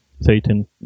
Satan